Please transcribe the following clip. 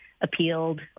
appealed